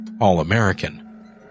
all-American